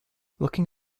looking